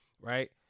right